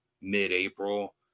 mid-April